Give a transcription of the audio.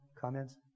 Comments